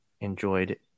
enjoyed